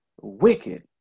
wicked